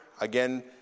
Again